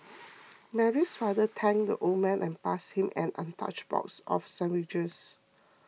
Mary's father thanked the old man and passed him an untouched box of sandwiches